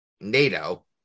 NATO